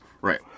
Right